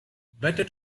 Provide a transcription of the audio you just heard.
better